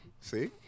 See